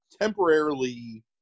temporarily